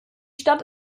stadt